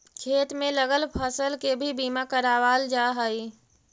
खेत में लगल फसल के भी बीमा करावाल जा हई